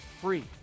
free